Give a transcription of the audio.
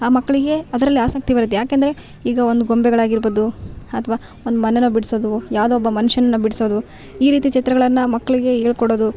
ಆ ಮಕ್ಕಳಿಗೆ ಅದರಲ್ಲಿ ಆಸಕ್ತಿ ಬರುತ್ತೆ ಯಾಕೆಂದರೆ ಈಗ ಒಂದು ಗೊಂಬೆಗಳಾಗಿರ್ಬೋದು ಅಥ್ವಾ ಒಂದು ಮನೆಯನ್ನ ಬಿಡ್ಸೋದು ಯಾವುದೋ ಒಬ್ಬ ಮನ್ಷನ ಬಿಡ್ಸೋದು ಈ ರೀತಿ ಚಿತ್ರಗಳನ್ನು ಮಕ್ಕಳಿಗೆ ಹೇಳ್ಕೊಡೋದು